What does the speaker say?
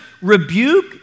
rebuke